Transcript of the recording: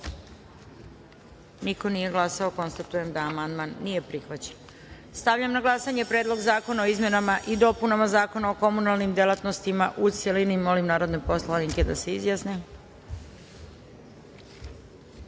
Niko nije glasao. Konstatujem da amandman nije prihvaćen. Stavljam na glasanje Predlog zakona o izmenama i dopunama Zakona o komunalnim delatnostima, u celini. Molim narodne poslanike da se